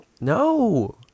No